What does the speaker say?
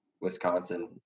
Wisconsin –